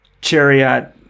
Chariot